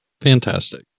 Fantastic